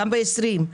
גם ב-20',